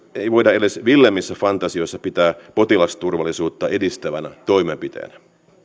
ei voida edes villeimmissä fantasioissa pitää potilasturvallisuutta edistävänä toimenpiteenä